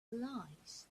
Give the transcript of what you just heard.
lies